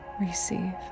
receive